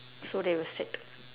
so they will set